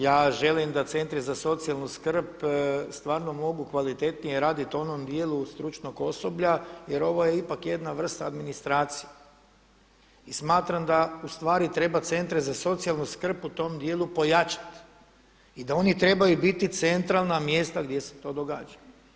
Ja želim da Centri za socijalnu skrb stvarno mogu kvalitetnije raditi u onom dijelu stručnog osoblja jer ovo je ipak jedna vrsta administracije i smatram da u stvari treba Centre za socijalnu skrb u tom dijelu pojačati i da oni trebaju biti centralna mjesta gdje se to događa.